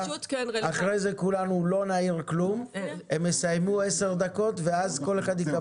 לא כלכלי להגיע